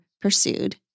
pursued